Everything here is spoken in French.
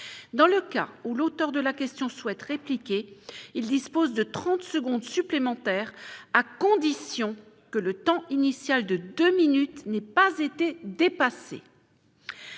Dans le cas où l'auteur de la question souhaite répliquer, il dispose de trente secondes supplémentaires, à la condition que le temps initial de deux minutes n'ait pas été dépassé.